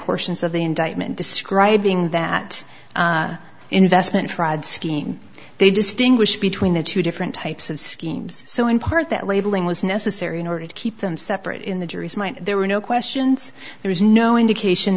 portions of the indictment describing that investment fraud scheme they distinguish between the two different types of schemes so in part that labeling was necessary in order to keep them separate in the jury's mind there were no questions there was no indication